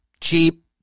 cheap